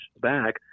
back